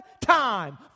time